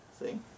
See